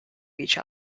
each